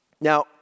Now